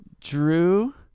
Drew